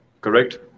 Correct